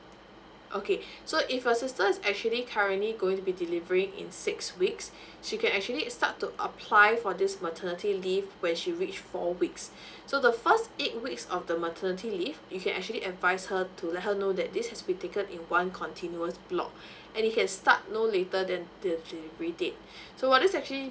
okay so if your sister is actually currently going to be delivering in six weeks she can actually start to apply for this maternity leave when she reach four weeks so the first eight weeks of the maternity leave you can actually advise her to let her know that this has been taken in one continuous block and you can start no later than the delivery date so what is actually